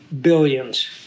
billions